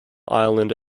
island